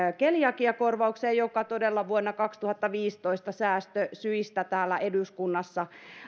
keliakiakorvaukseen joka todella vuonna kaksituhattaviisitoista säästösyistä täällä eduskunnassa